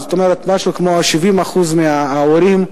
משהו כמו 70% מההורים,